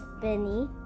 Benny